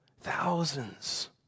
Thousands